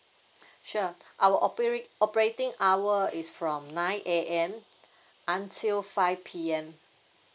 sure our opera~ operating hour is from nine A_M until five P_M